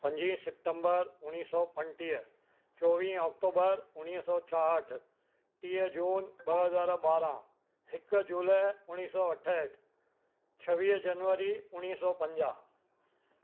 पंज सिप्टेंबर उणिवीह सौ पंटीह चोवीह अक्टूबर उणिवीह सौ छाहठि टीह जून ॿ हज़ार ॿारहं हिकु जुलाए उणिवीह सौ अठहठि छवीह जनवरी उणिवीह सौ पंजाहु